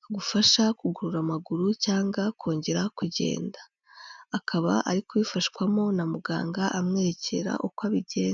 kagufasha kugurora amaguru cyangwa kongera kugenda akaba ari kubifashwamo na muganga amwerekera uko abigenza.